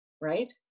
Right